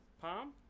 palm